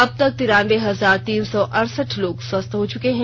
अब तक तिरानबे हजार तीन सौ अड़सठ लोग स्वस्थ हो चुके हैं